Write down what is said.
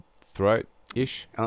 throat-ish